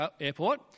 Airport